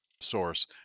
source